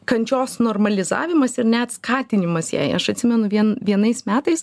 kančios normalizavimas ir net skatinimas jei aš atsimenu vien vienais metais